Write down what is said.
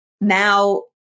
now